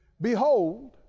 Behold